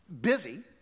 busy